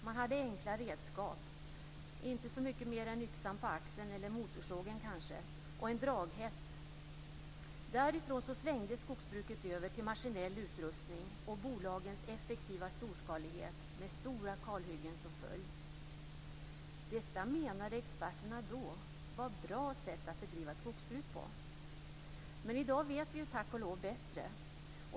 Man hade enkla redskap - inte så mycket mer än yxan på axeln, eller kanske en motorsåg, och en draghäst. Därifrån svängde skogsbruket över till maskinell utrustning och bolagens effektiva storskalighet, med stora kalhyggen som följd. Detta var, menade experterna då, ett bra sätt att bedriva skogsbruk. I dag vet vi, tack och lov, bättre.